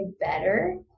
better